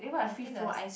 I think the